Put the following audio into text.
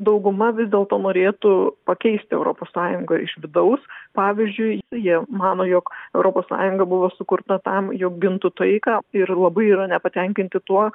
dauguma vis dėlto norėtų pakeisti europos sąjungą iš vidaus pavyzdžiui jie mano jog europos sąjunga buvo sukurta tam jog gintų taiką ir labai yra nepatenkinti tuo